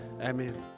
Amen